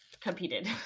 competed